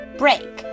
break